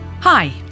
Hi